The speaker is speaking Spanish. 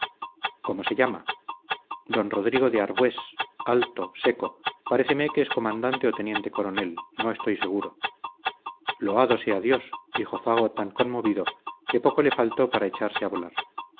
cómo se llama don rodrigo de arbués alto seco paréceme que es comandante o teniente coronel no estoy seguro loado sea dios dijo fago tan conmovido que poco le faltó para echarse a llorar